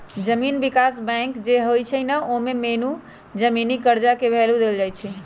जमीन विकास बैंक जे होई छई न ओमे मेन जमीनी कर्जा के भैलु देल जाई छई